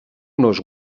nos